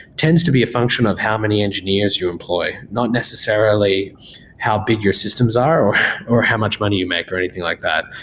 tends to be a function of how many engineers you employ. not necessarily how big your systems are or how much money you make or anything like that.